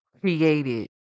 created